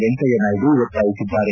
ವೆಂಕಯ್ನಾಯ್ನು ಒತ್ತಾಯಿಸಿದ್ದಾರೆ